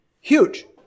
Huge